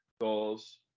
goals